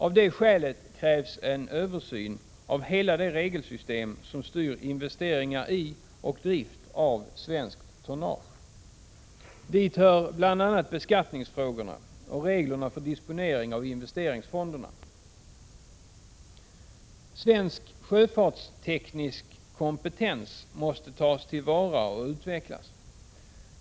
Av det skälet krävs en översyn av hela det regelsystem som styr investeringar i och drift av svenskt tonnage. Dit hör bl.a. beskattningsfrågorna och reglerna för disponering av investeringsfonderna. Svensk sjöfartsteknisk kompetens måste tas till vara och utvecklas.